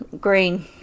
Green